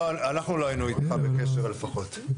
אנחנו לא היינו איתך בקשר לפחות.